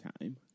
time